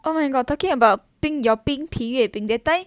oh my god talking about 冰 your 冰皮月饼 that time